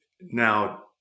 now